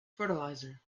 fertilizer